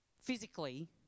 physically